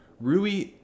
Rui